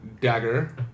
dagger